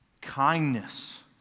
kindness